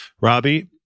Robbie